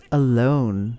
alone